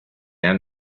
han